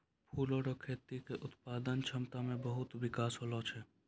फूलो रो खेती के उत्पादन क्षमता मे बहुत बिकास हुवै छै